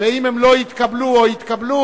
ואם הן לא התקבלו או התקבלו,